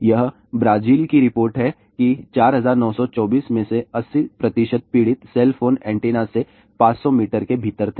यह ब्राजील की रिपोर्ट है कि 4924 में से 80 पीड़ित सेल फोन एंटेना से 500 मीटर के भीतर थे